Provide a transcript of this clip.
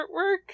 artwork